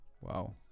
Wow